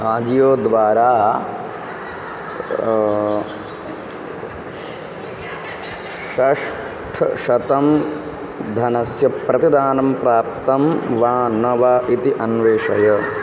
आजियो द्वारा षट्शतं धनस्य प्रतिदानं प्राप्तं वा न वा इति अन्वेषय